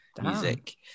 music